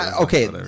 Okay